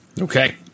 okay